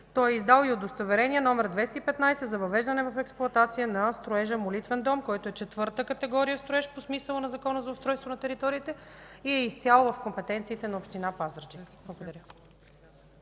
Той е издал и удостоверение № 215 за въвеждане в експлоатация на строежа „Молитвен дом”, който е четвърта категория строеж по смисъла на Закона за устройство на територията и е изцяло в компетенциите на община Пазарджик. Благодаря.